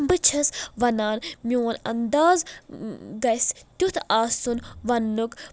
بہٕ چھس ونان میٛون انٛداز گژھہِ تیُتھ آسُن ونٕنُک